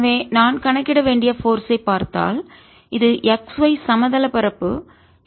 எனவே நான் கணக்கிட வேண்டிய போர்ஸ் ஐ பார்த்தால் இது x y சமதள பரப்பு தட்டையான பரப்பு